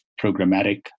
programmatic